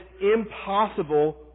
impossible